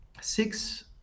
Six